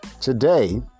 today